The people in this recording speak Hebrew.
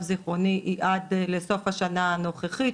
זכרוני היא עד לסוף השנה הנוכחית,